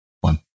one